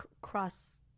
cross